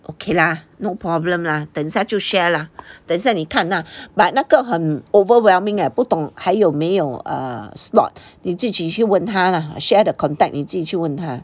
okay lah no problem lah 等下就 share lah 等下你看 lah but 那个很 overwhelming leh 不懂还有没有 err slot 你自己去问他 lah share the contact 你自己问他